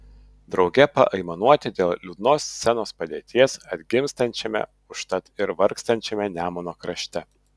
drauge paaimanuoti dėl liūdnos scenos padėties atgimstančiame užtat ir vargstančiame nemuno krašte